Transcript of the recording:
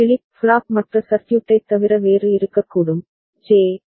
flip flop மற்ற சர்க்யூட்டைத் தவிர வேறு இருக்கக்கூடும் ஜே